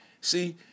See